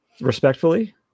Respectfully